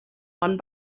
one